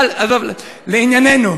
אבל לענייננו,